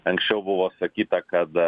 anksčiau buvo sakyta kad